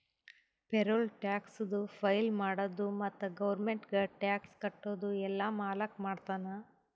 payroll ಟ್ಯಾಕ್ಸದು file ಮಾಡದು ಮತ್ತ ಗೌರ್ಮೆಂಟ್ಗ ಟ್ಯಾಕ್ಸ್ ಕಟ್ಟದು ಎಲ್ಲಾ ಮಾಲಕ್ ಮಾಡ್ತಾನ್